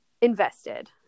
invested